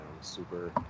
super